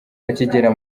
akigera